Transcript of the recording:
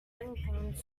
anything